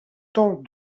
tant